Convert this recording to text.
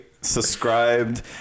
subscribed